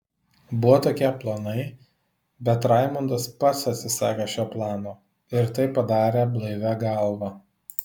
buvo tokie planai bet raimondas pats atsisakė šio plano ir tai padarė blaivia galva